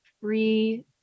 free